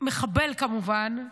מחבל כמובן,